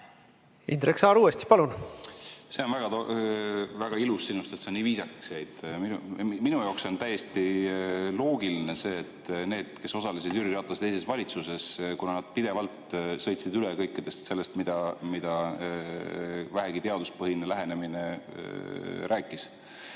Indrek Saar uuesti, palun! See on väga ilus sinust, et sa nii viisakaks jäid. Minu jaoks on see täiesti loogiline, kuna need, kes osalesid Jüri Ratase teises valitsuses, pidevalt sõitsid üle kõigest, mida vähegi teaduspõhine lähenemine rääkis.